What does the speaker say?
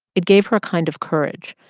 it gave her a kind of courage.